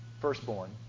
firstborn